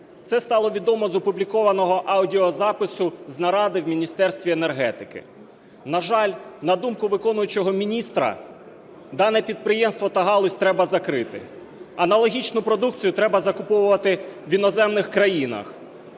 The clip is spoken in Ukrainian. Це стало відомо з опублікованого аудіозапису з наради в Міністерстві енергетики. На жаль, на думку виконуючого міністра дане підприємство та галузь треба закрити, аналогічну продукцію треба закуповувати в іноземних країнах,